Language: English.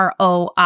ROI